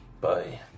Bye